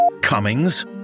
Cummings